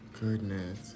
Goodness